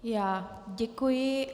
Já děkuji.